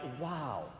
wow